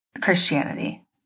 Christianity